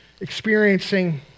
experiencing